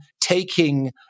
taking